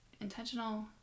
intentional